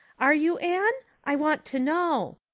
are you, anne? i want to know.